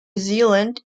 zealand